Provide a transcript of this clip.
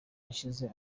yashize